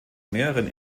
mehreren